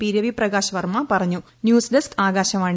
P Ravi Prakash Varma പറഞ്ഞൂ news desk Akashvani